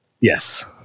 yes